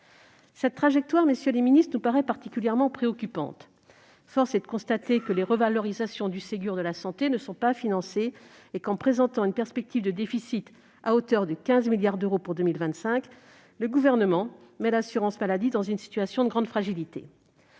les ministres, nous paraît particulièrement préoccupante. Force est de constater que les revalorisations du Ségur de la santé ne sont pas financées et qu'en présentant une perspective de déficit à hauteur de 15 milliards d'euros pour 2025, le Gouvernement met l'assurance maladie dans une situation de grande fragilité.